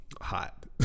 hot